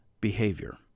behavior